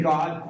God